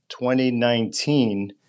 2019